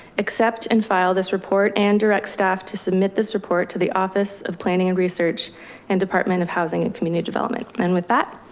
except and file this report and direct staff to submit this report to the office of planning and research and department of housing and community development. and with that,